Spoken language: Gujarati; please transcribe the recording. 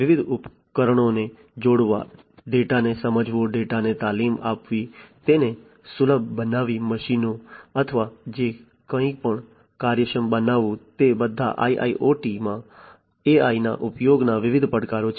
વિવિધ ઉપકરણોને જોડવા ડેટાને સમજવો ડેટાને તાલીમ આપવી તેને સુલભ બનાવવી મશીનો અથવા જે કંઈપણ કાર્યક્ષમ બનાવવું તે બધા IIoT માં AI ના ઉપયોગના વિવિધ પડકારો છે